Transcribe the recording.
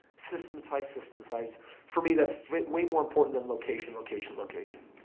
systematize, systematize for me that's way more important than location location location.